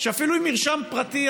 עם מרשם פרטי,